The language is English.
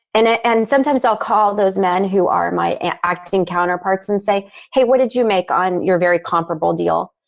and ah and and sometimes i'll call those men who are my acting counterparts and say, hey, what did you make on your very comparable deal?